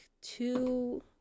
two